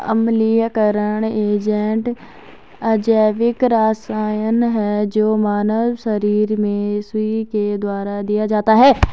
अम्लीयकरण एजेंट अजैविक रसायन है जो मानव शरीर में सुई के द्वारा दिया जाता है